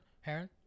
Heron